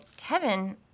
Tevin